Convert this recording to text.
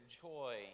joy